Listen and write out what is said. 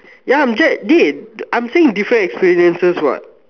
ya I'm just dey I'm saying different experiences what